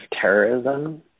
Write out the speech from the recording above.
terrorism